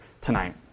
tonight